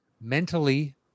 mentally